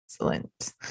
Excellent